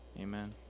Amen